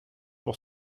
pour